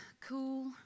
cool